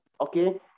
Okay